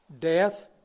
Death